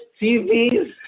TVs